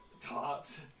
tops